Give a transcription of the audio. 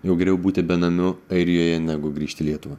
jau geriau būti benamiu airijoje negu grįžt į lietuvą